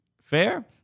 fair